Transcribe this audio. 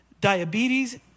diabetes